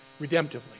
redemptively